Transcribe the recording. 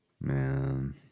man